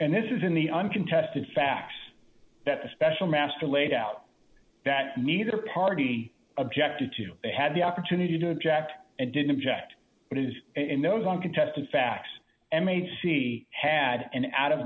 and this is in the uncontested facts that a special master laid out that neither party objected to they had the opportunity to object and didn't object but it was in those uncontested facts m h c had an